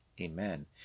Amen